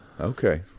Okay